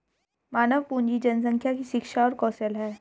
मानव पूंजी जनसंख्या की शिक्षा और कौशल है